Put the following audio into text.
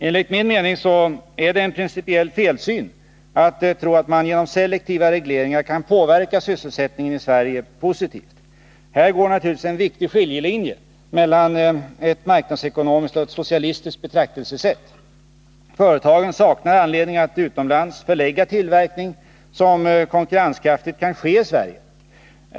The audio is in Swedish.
Enligt min mening är det en principiell felsyn att tro att man genom selektiva regleringar kan påverka sysselsättningen i Sverige positivt. Här går naturligtvis en viktig skiljelinje mellan ett marknadsekonomiskt och ett socialistiskt betraktelsesätt. Företag saknar anledning att utomlands förlägga tillverkning som konkurrenskraftigt kan ske i Sverige.